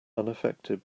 unaffected